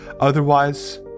Otherwise